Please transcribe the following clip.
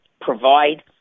provide